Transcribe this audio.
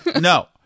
no